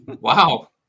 Wow